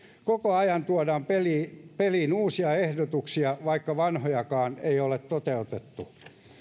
koko ajan tuodaan peliin peliin uusia ehdotuksia vaikka vanhojakaan ei ole toteutettu